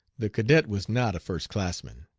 the cadet was not a first-classman.